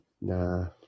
Nah